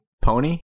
Pony